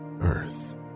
earth